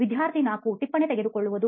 ವಿದ್ಯಾರ್ಥಿ 4 ಟಿಪ್ಪಣಿ ತೆಗೆದುಕೊಳ್ಳುವುದು